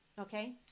okay